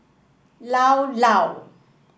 Llao Llao